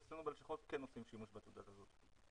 אצלנו בלשכות כן עושים שימוש בתעודת הזהות.